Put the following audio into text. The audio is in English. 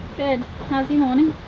good. how's your morning?